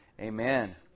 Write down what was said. Amen